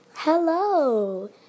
Hello